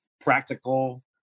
practical